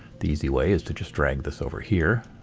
the easy way is to just drag this over here,